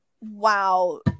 Wow